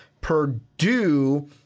Purdue